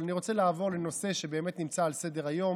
אבל אני רוצה לעבור לנושא שבאמת נמצא על סדר-היום,